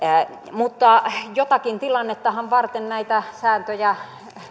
mutta jotakin tilannetta vartenhan näitä sääntöjä